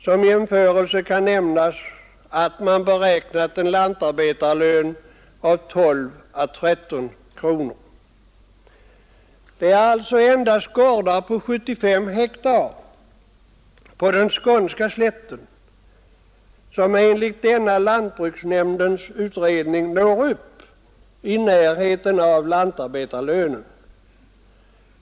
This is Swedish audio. Som jämförelse kan nämnas att man beräknar en lantarbetarlön till 12 å 13 kronor. Det är alltså endast gårdar på 75 hektar på skånska slätten som enligt denna lantbruksnämndens utredning når upp i närheten av lantarbetarlönen.